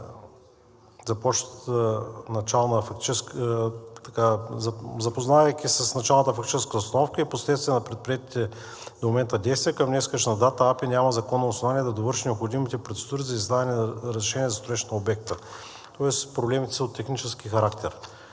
Запознавайки се с началната фактическа обстановка и впоследствие с предприетите до момента действия, към днешна дата АПИ няма законно основание да довърши необходимите процедури за издаване на разрешение за строеж на обекта. Тоест проблемите са от технически характер